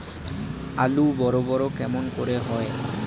আলু বড় বড় কেমন করে হয়?